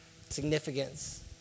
significance